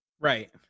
Right